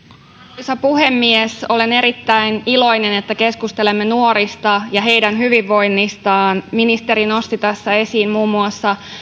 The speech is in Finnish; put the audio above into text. arvoisa puhemies olen erittäin iloinen että keskustelemme nuorista ja heidän hyvinvoinnistaan ministeri nosti tässä esiin muun muassa